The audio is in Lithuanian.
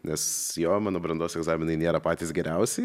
nes jo mano brandos egzaminai nėra patys geriausi